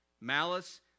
malice